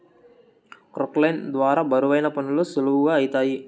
క్రొక్లేయిన్ ద్వారా బరువైన పనులు సులువుగా ఐతాయి